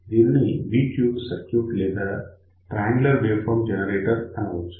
దీనిని V tuned circuit లేదా triangular waveform generator అనవచ్చు